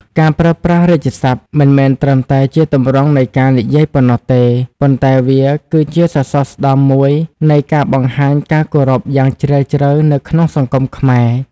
ការប្រើប្រាស់រាជសព្ទមិនមែនត្រឹមតែជាទម្រង់នៃការនិយាយប៉ុណ្ណោះទេ ប៉ុន្តែវាគឺជាសសរស្តម្ភមួយនៃការបង្ហាញការគោរពយ៉ាងជ្រាលជ្រៅនៅក្នុងសង្គមខ្មែរ។